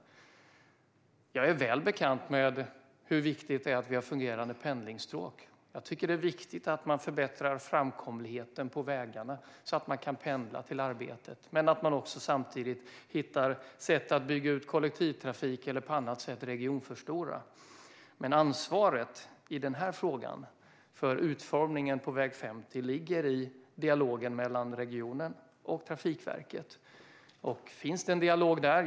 Jag är väl bekant med hur viktigt det är med fungerande pendlingsstråk. Det är viktigt att man förbättrar framkomligheten på vägarna så att människor kan pendla till arbetet. Samtidigt måste man hitta sätt att bygga ut kollektivtrafik eller regionförstora. Ansvaret i frågan om utformningen på väg 50 ligger dock i dialogen mellan regionen och Trafikverket. Finns det en dialog där?